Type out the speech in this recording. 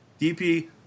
DP